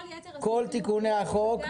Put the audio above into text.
כל יתר הסעיפים -- כל תיקוני החוק,